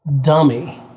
dummy